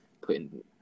putting